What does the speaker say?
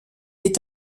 est